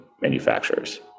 manufacturers